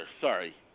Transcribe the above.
sorry